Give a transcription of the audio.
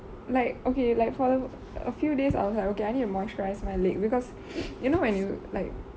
like okay like for the a few days I was like okay I need to moisturize my leg because you know when you like